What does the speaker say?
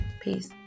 Peace